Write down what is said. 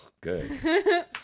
good